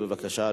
בבקשה,